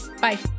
Bye